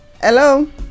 Hello